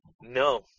No